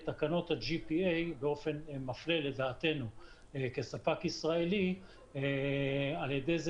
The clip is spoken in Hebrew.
תקנות ה-GPA באופן מפלה לדעתנו כספק ישראלי על ידי זה